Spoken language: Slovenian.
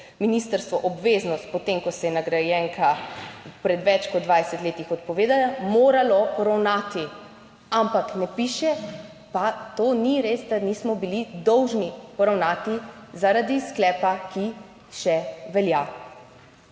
ministrstvo obveznost po tem, ko se je nagrajenka pred več kot 20 leti odpovedala, moralo ravnati." Ampak ne, piše pa to ni res, da nismo bili dolžni poravnati zaradi sklepa, ki še velja.